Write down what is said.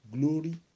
glory